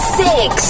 six